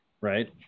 right